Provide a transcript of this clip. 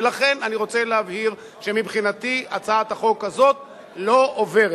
ולכן אני רוצה להבהיר שמבחינתי הצעת החוק הזאת לא עוברת,